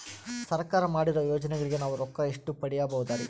ಸರ್ಕಾರ ಮಾಡಿರೋ ಯೋಜನೆಗಳಿಗೆ ನಾವು ರೊಕ್ಕ ಎಷ್ಟು ಪಡೀಬಹುದುರಿ?